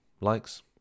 likes